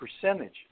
percentage